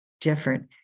different